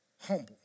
humble